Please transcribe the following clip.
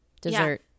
Dessert